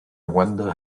wonder